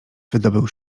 wydobył